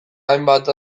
hainbat